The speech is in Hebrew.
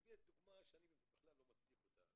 נתת דוגמה שאני בכלל לא מצדיק אותה,